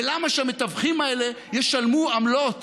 ולמה שהמתווכים האלה ישלמו עמלות